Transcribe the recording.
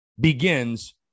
begins